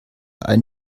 ein